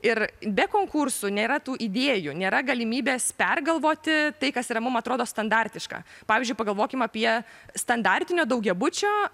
ir be konkursų nėra tų idėjų nėra galimybės pergalvoti tai kas yra mum atrodo standartiška pavyzdžiui pagalvokime apie standartinio daugiabučio